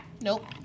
Nope